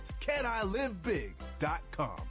CanILiveBig.com